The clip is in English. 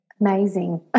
Amazing